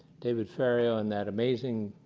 david ferriero and that amazing,